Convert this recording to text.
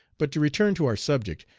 but to return to our subject.